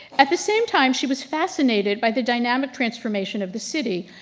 at the same time, she was fascinated by the dynamic transformation of the city,